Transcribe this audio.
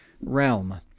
realm